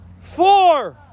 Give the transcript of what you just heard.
four